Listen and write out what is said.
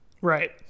Right